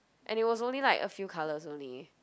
and it was only like a few colors only